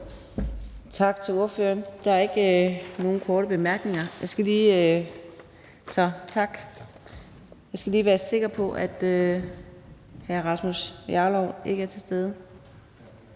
Tak til ordføreren. Der er ikke nogen korte bemærkninger. Jeg skal lige være sikker på, at hr. Rasmus Jarlov ikke er til stede.